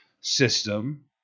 system